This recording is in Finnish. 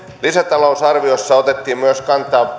lisätalousarviossa otettiin kantaa